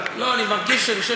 אני מרגיש ויאמר לקוצרים,